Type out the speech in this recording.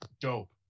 dope